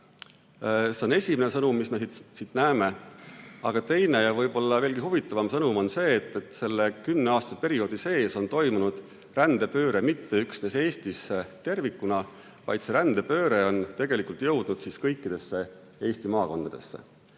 See on esimene sõnum, mis me siit näeme. Aga teine ja võib-olla veelgi huvitavam sõnum on see, et selle kümneaastase perioodi sees ei ole rändepööre toimunud mitte üksnes Eestisse tervikuna, vaid see on tegelikult jõudnud kõikidesse Eesti maakondadesse.